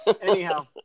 Anyhow